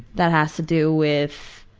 that has to do with,